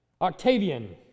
Octavian